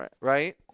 Right